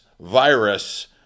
virus